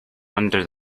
under